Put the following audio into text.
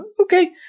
Okay